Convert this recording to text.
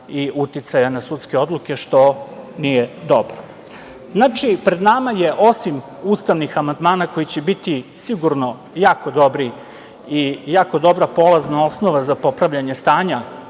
i uticaja na sudske odluke, što nije dobro. Znači, pred nama je, osim ustavnih amandmana koji će biti sigurno jako dobri i jako dobra polazna osnova za popravljanje stanja